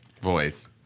voice